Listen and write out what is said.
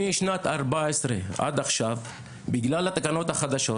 משנת 2014 עד עכשיו, בגלל התקנות החדשות,